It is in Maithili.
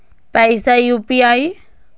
पैसा यू.पी.आई?